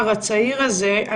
הודעה בעניין הזמר הצעיר הזה.